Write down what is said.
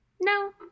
No